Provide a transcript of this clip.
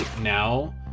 now